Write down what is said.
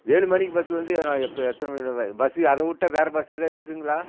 ஏழு மணிக்கு பஸ் வந்து நான் எப்போ எத்தனை மணி பஸ் அதவிட்டா வேற பஸ் ஏதாவது இருக்குதுங்களா